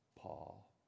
Paul